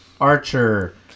Archer